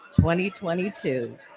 2022